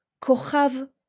kochav